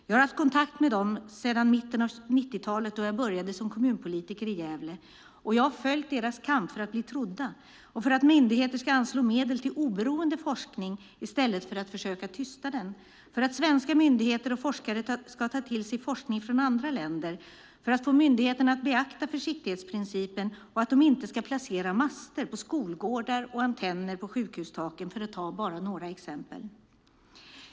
Jag har haft kontakt med dem sedan mitten av 90-talet då jag började som kommunpolitiker i Gävle, och jag har följt deras kamp för att bli trodda, för att myndigheter ska anslå medel till oberoende forskning i stället för att försöka tysta den, för att svenska myndigheter och forskare ska ta till sig forskning från andra länder, för att få myndigheterna att beakta försiktighetsprincipen och inte placera master på skolgårdar och antenner på sjukhustaken, för att ta några exempel.